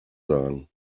sagen